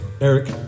Eric